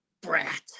brat